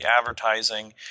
advertising